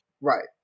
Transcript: Right